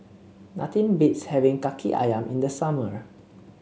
nothing beats having kaki ayam in the summer